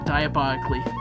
Diabolically